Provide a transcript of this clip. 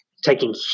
Taking